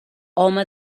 home